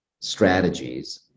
strategies